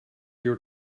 your